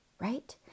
Right